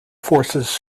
forces